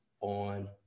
on